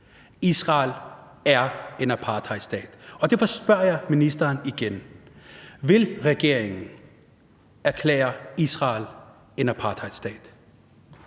Israel er en apartheidstat. Derfor spørger jeg ministeren igen: Vil regeringen erklære Israel for en apartheidstat?